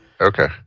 Okay